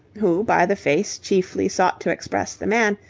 who by the face chiefly sought to express the man,